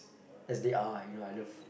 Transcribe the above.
as they are you know I love